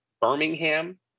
Birmingham